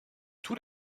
tous